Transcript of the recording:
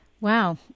Wow